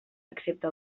excepte